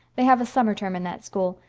they have a summer term in that school,